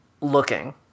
looking